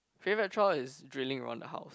favourite choir is drilling on the house